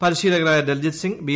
പരിശീലകരായ Daljit Singh B